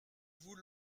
vous